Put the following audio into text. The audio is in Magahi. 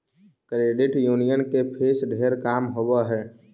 क्रेडिट यूनियन के फीस ढेर कम होब हई